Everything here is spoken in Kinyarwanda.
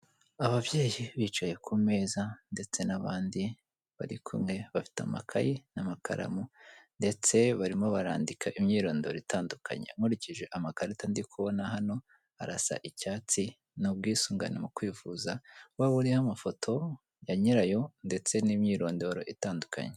Ababyeyi bicaye ku meza ndetse n'abandi bari kumwe bafite amakaye n'amakaramu ndetse barimo barandika imyirondoro itandukanye. Nkurikije amakarita ndi kubona hano arasa icyatsi ni ubwisungane mu kwivuza kuko buriya amafoto ya nyirayo ndetse n'imyirondoro itandukanye.